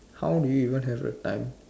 how do you even have a time